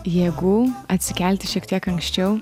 jėgų atsikelti šiek tiek anksčiau